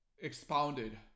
Expounded